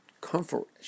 comfort